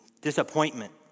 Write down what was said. Disappointment